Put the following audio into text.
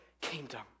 kingdom